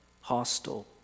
Hostile